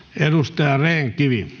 arvoisa